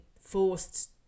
forced